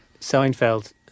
Seinfeld